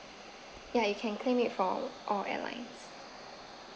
ya you can claim it for airlines